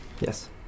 Yes